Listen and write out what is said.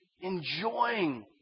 enjoying